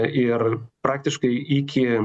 ir praktiškai iki